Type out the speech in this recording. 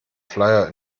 flyer